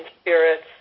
spirits